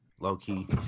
Low-key